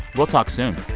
we'll talk soon